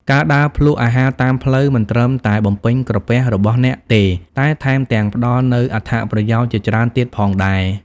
ការដើរភ្លក្សអាហារតាមផ្លូវមិនត្រឹមតែបំពេញក្រពះរបស់អ្នកទេ តែថែមទាំងផ្តល់នូវអត្ថប្រយោជន៍ជាច្រើនទៀតផងដែរ ។